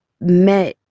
met